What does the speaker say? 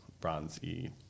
bronzy